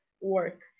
work